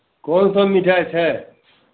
कोन कोन मिठाइ छै